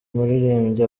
muririmbyi